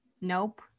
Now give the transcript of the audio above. nope